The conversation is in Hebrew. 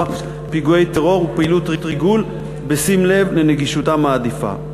פיגועי טרור ופעילות ריגול בשים לב לנגישותם העדיפה.